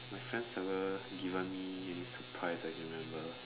my friends never given me any surprise I can remember